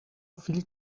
fill